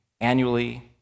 annually